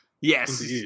Yes